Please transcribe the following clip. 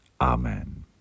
Amen